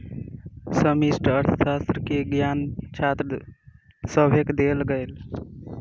समष्टि अर्थशास्त्र के ज्ञान छात्र सभके देल गेल